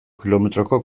kilometroko